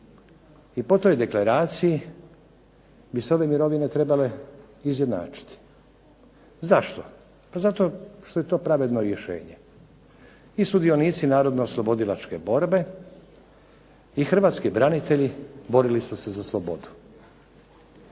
i po toj deklaraciji bi se ove mirovine trebale izjednačiti. Zašto? Zato što je to pravedno rješenje. I sudionici Narodnooslobodilačke borbe i Hrvatski branitelji borili su se za slobodu.